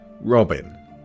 Robin